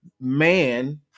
man